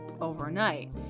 overnight